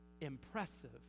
impressive